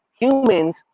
humans